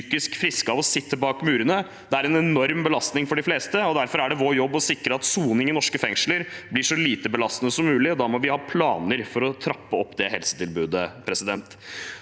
psykisk friske av å sitte bak murene. Det er en enorm belastning for de fleste, og derfor er det vår jobb å sikre at soning i norske fengsler blir så lite belastende som mulig, og da må vi ha planer for å trappe opp helsetilbudet.